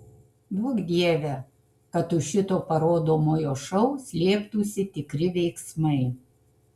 duok dieve kad už šito parodomojo šou slėptųsi tikri veiksmai